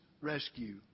rescue